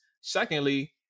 Secondly